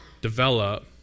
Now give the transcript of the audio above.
develop